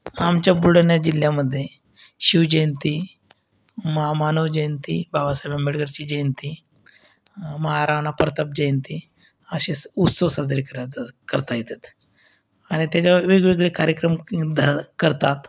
आमच्या बुलढाणा जिल्ह्यामध्ये शिवजयंती महामानव जयंती बाबासाहेब आंबेडकरची जयंती महाराणा प्रताप जयंती असे स उत्सव साजरे करता करता येत आहेत आणि त्याच्यावर वेगवेगळे कार्यक्रम करतात